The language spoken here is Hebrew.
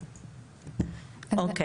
אוקיי.